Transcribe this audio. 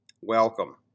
Welcome